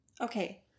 Okay